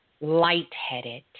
Lightheaded